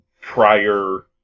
prior